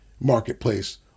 marketplace